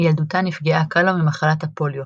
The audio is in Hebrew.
בילדותה נפגעה קאלו ממחלת הפוליו,